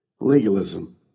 Legalism